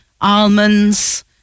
almonds